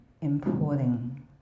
importing